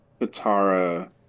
Katara